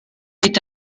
est